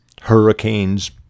hurricanes